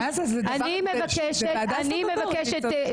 אני מבקשת,